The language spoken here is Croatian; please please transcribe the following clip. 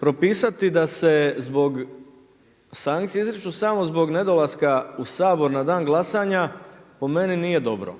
propisati da se zbog, sankcije izriču samo zbog nedolaska u Sabor na dan glasanja po meni nije dobro.